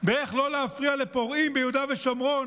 באיך לא להפריע לפורעים ביהודה ושומרון